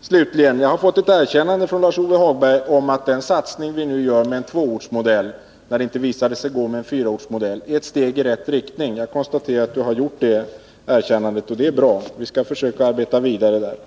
Slutligen: Jag har fått det erkännandet av Lars-Ove Hagberg att den satsning vi nu gör med en tvåortsmodell, när det visade sig inte gå med en fyraortsmodell, är ett steg i rätt riktning. Jag konstaterar att Lars-Ove Hagberg gjort det erkännandet, och det är bra. Vi skall försöka arbeta vidare med detta.